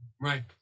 right